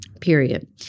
period